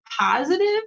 positive